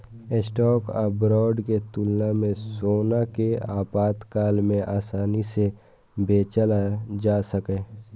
stock आ bond के तुलना मे सोना कें आपातकाल मे आसानी सं बेचल जा सकैए